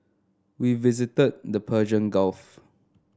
we visited the Persian Gulf